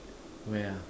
where ah